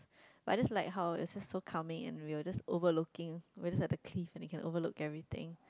but just like how it is so calming and we were just overlooking whether are the cleave they can overlook everything